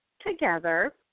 together